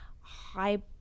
high